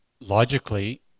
Logically